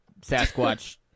Sasquatch